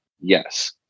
Yes